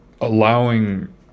allowing